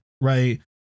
right